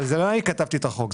אבל זה לא אני כתבתי את החוק,